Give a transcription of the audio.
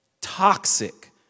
Toxic